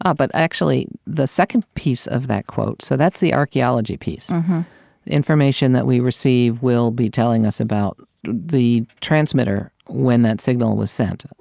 ah but actually, the second piece of that quote so that's the archeology piece information we receive will be telling us about the transmitter when that signal was sent.